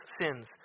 sins